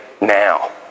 now